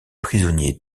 prisonnier